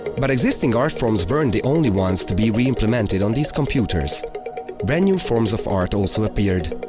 but existing art forms weren't the only ones to be re-implemented on these computers brand new forms of art also appeared,